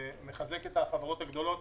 זה מחזק את החברות הגדולות